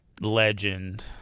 Legend